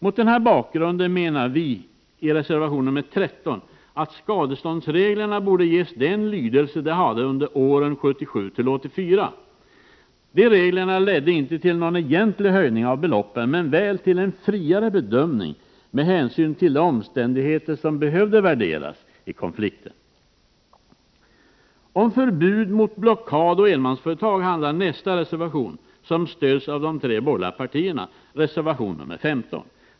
Mot denna bakgrund menar vi i reservation nr 13 att skadeståndsreglerna borde ges den lydelse de hade under åren 1977-1984. De reglerna ledde inte till någon egentlig höjning av beloppen men väl till en friare bedömning med hänsyn till de omständigheter som behövde värderas i konflikten. Om förbud mot blockad av enmansföretag handlar nästa reservation som stöds av de tre borgerliga partierna — reservation nr 15.